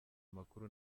makuru